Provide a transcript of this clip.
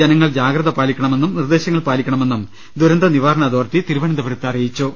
ജന ങ്ങൾ ജാഗ്രത പാലിക്കണമെന്നും നിർദ്ദേശങ്ങൾ പാലിക്കണമെന്നും ദുരന്തനിവാ രണ അതോറിറ്റി തിരുവനന്തപുരത്ത് അറിയിച്ചു